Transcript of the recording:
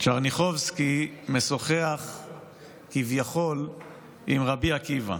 טשרניחובסקי משוחח כביכול עם רבי עקיבא.